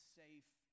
safe